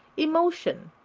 emotion,